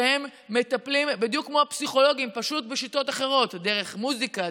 שהם מטפלים בדיוק כמו הפסיכולוגים פשוט בשיטות אחרות: דרך מוזיקה,